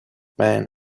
men